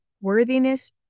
worthiness